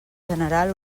general